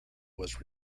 was